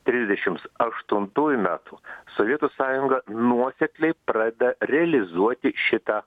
trisdešimts aštuntųjų metų sovietų sąjunga nuosekliai pradeda realizuoti šitą